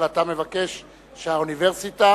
אבל אתה מבקש שהאוניברסיטה,